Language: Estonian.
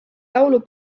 laulu